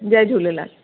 Jay Jhulelal